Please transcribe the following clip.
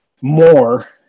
more